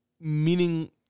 meaning